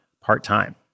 part-time